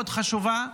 מאוד חשובה.